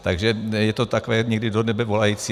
Takže je to takové někdy do nebe volající.